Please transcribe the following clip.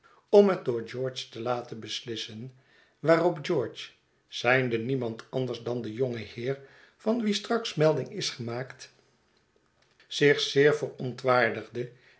om het door george te laten beslissen waarop george zijnde niemand anders dan de jonge heer van wien straks melding is gemaakt zich zeer